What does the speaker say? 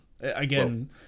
Again